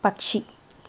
పక్షి